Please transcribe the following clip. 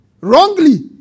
Wrongly